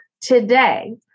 today